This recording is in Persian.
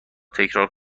تکرار